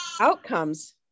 outcomes